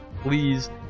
please